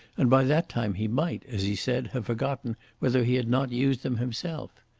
and by that time he might, as he said, have forgotten whether he had not used them himself.